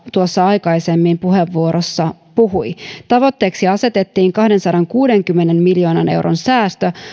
tuossa aikaisemmin puheenvuorossaan puhui tavoitteeksi asetettiin kahdensadankuudenkymmenen miljoonan euron säästö